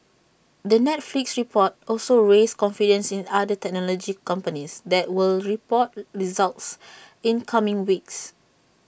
the Netflix report also raised confidence in other technology companies that will report results in coming weeks